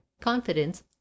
confidence